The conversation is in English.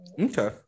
Okay